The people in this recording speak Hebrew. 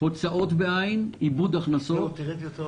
הוצאות בעין, איבוד הכנסות.